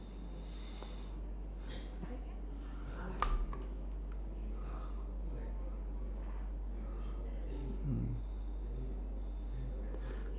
hmm